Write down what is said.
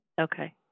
Okay